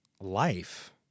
life